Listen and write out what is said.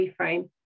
reframe